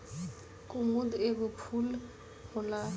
कुमुद एगो फूल होला